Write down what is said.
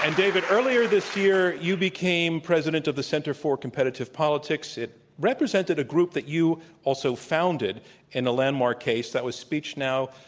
and david, earlier this year, you became president of the center for competitive politics. it represented a group that you also founded in a landmark case that was speechnow.